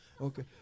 Okay